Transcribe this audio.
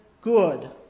good